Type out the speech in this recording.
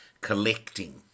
collecting